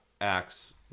acts